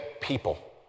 people